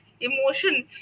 emotion